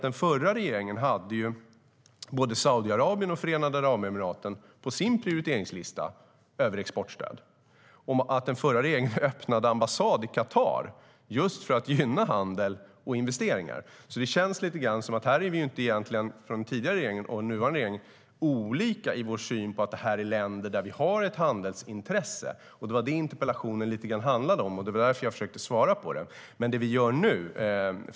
Den förra regeringen hade både Saudiarabien och Förenade Arabemiraten på sin prioriteringslista över exportstöd och öppnade ambassad i Qatar för att gynna handel och investeringar. Den tidigare och nuvarande regeringen delar alltså synen att detta är länder där vi har ett handelsintresse. Det var det interpellationen handlade om, och därför försökte jag svara på det.